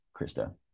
Krista